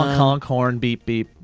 honk horn, beep beep.